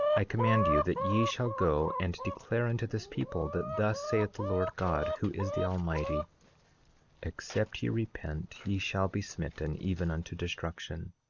i command you, that ye shall go and declare unto this people, that thus saith the lord god, who is the almighty except ye repent ye shall be smitten, even unto destruction.